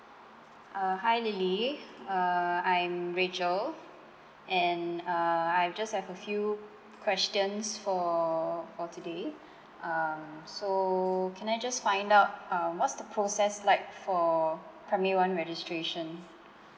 uh hi lily uh I'm rachel and uh I've just have a few questions for for today um so can I just find out uh what's the process like for primary one registration